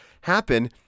happen